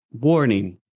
Warning